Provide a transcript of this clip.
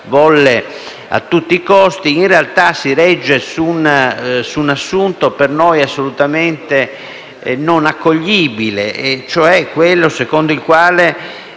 volle a tutti i costi, in realtà si regge su un assunto per noi assolutamente non accoglibile, cioè quello secondo il quale